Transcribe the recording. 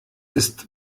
ist